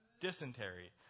dysentery